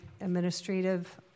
administrative